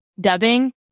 dubbing